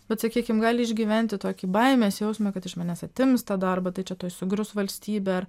bet sakykim gali išgyventi tokį baimės jausmą kad iš manęs atims tą darbą tai čia tuoj sugrius valstybė ar